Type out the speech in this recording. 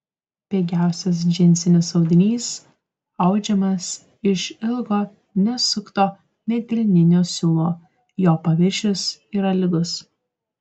pigiausias džinsinis audinys audžiamas iš ilgo nesukto medvilninio siūlo jo paviršius yra lygus